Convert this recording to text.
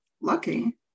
lucky